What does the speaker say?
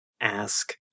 ask